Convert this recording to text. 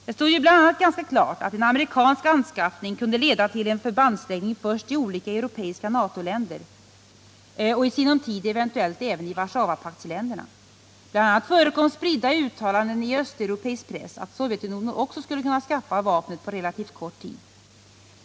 Det stod ju bl.a. ganska klart att en amerikansk anskaffning kunde leda till en förbandsläggning först i olika europeiska NATO-länder och i sinom tid eventuellt även i Warszawapaktsländerna. BI. a. förekom spridda uttalanden i östeuropeisk press att Sovjetunionen också skulle kunna skaffa vapnet på relativt kort tid.